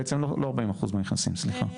בעצם לא 40% מהנכנסים, סליחה.